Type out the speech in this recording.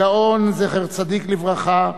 הגאון, זכר צדיק לברכה,